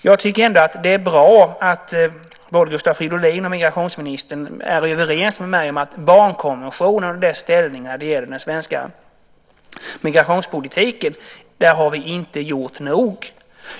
Jag tycker ändå att det är bra att både Gustav Fridolin och migrationsministern är överens med mig om att vi inte har gjort nog när det gäller barnkonventionens ställning i den svenska migrationspolitiken.